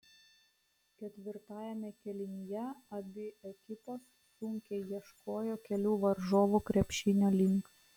ketvirtajame kėlinyje abi ekipos sunkiai ieškojo kelių varžovų krepšinio link